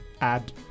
add